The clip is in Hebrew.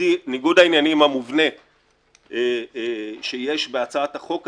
העניינים המובנה שיש בהצעת החוק הזו.